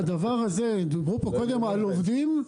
דיברו פה קודם על עובדים,